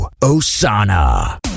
Osana